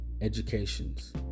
educations